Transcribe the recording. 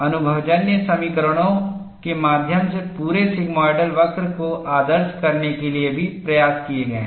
अनुभवजन्य समीकरणों के माध्यम से पूरे सिग्मोइडल वक्र को आदर्श करने के लिए भी प्रयास किए गए हैं